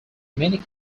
many